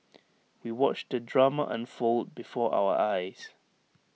we watched the drama unfold before our eyes